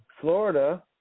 Florida